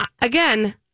again